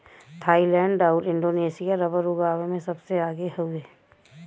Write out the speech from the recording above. Thailand आउर Indonesia rubber उगावे में सबसे आगे हउवे